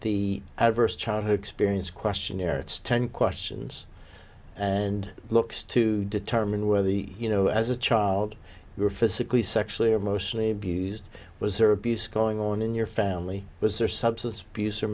the adverse childhood experience questionnaire it's ten questions and looks to determine whether the you know as a child were physically sexually or mostly be used was there abuse going on in your family was there substance abuse or